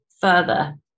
further